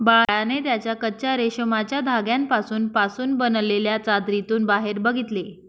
बाळाने त्याच्या कच्चा रेशमाच्या धाग्यांपासून पासून बनलेल्या चादरीतून बाहेर बघितले